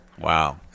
Wow